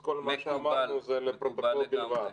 אז כל מה אמרנו זה לפרוטוקול בלבד.